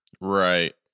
Right